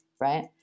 right